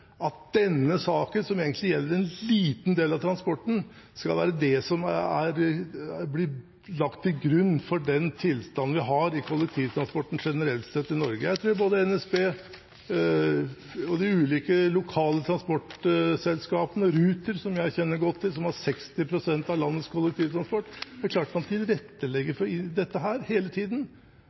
at den blir lagt til grunn for den tilstanden vi har i kollektivtransporten generelt sett i Norge. Jeg tror både NSB og de ulike lokale transportselskapene – Ruter, som jeg kjenner godt til, som har 60 pst. av landets kollektivtransport – tilrettelegger for dette hele tiden.